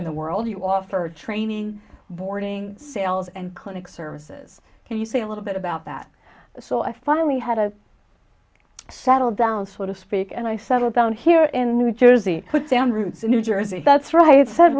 in the world you offer training boarding sales and clinic services can you say a little bit about that so i finally had to settle down so to speak and i settled down here in new jersey put down roots in new jersey that's right said